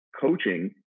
Coaching